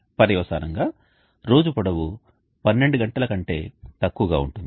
పర్యవసానంగా రోజు పొడవు 12 గంటల కంటే తక్కువగా ఉంటుంది